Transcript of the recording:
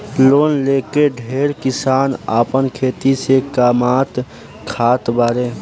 loan लेके ढेरे किसान आपन खेती से कामात खात बाड़े